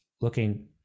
Looking